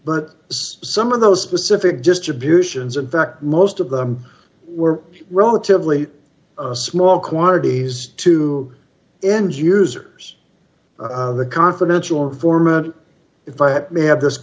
but some of those specific just abuse sions in fact most of them were relatively small quantities to end users the confidential informant if i had may have this